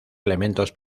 elementos